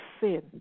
sin